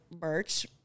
merch